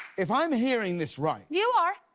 if i'm hearing this right. you are.